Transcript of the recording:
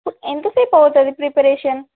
ఎంతసేపు అవుతుంది ప్రిపరేషన్